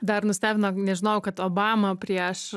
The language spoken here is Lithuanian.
dar nustebino nežinojau kad obama prieš